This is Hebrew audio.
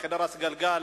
בחדר הסגלגל,